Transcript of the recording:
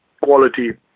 quality